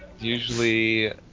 Usually